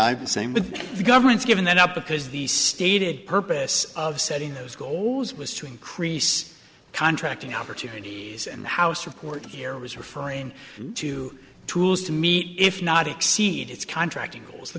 and the same with the government's given that up because the stated purpose of setting those goals was to increase contracting opportunities and the house report here was referring to tools to meet if not exceed its contract ingles the